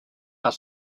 are